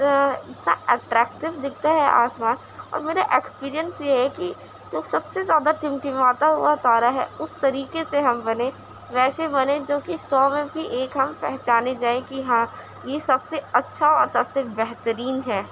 جو ہے اتنا ایکٹریکٹیو دکھتا ہے آسمان اور میرا ایکسپیریئنس یہ ہے کہ جو سب سے زیادہ ٹمٹماتا ہوا تارہ ہے اس طریقے سے ہم بنیں ویسے بنیں جوکہ سو میں بھی ایک ہم پہچانے جائیں کہ ہاں یہ سب سے اچھا اور بہت سے بہترین ہے